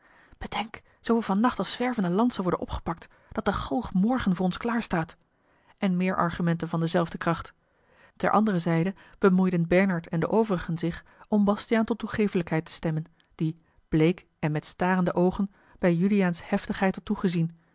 bedenk zoo we van nacht als zwervende lantzen worden opgepakt dat de galg morgen voor ons klaar staat en meer argumenten van dezelfde kracht ter andere zijde bemoeiden bernard en de overigen zich om bastiaan tot toegeefelijkheid te stemmen die bleek en met starende oogen bij juliaans heftigheid had toegezien